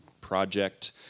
project